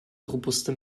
robuste